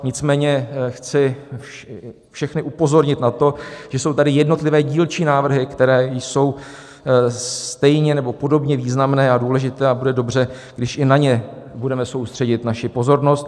Nicméně chci všechny upozornit na to, že jsou tady jednotlivé dílčí návrhy, které jsou stejně nebo podobně významné a důležité, a bude dobře, když i na ně soustředíme naši pozornost.